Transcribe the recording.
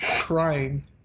crying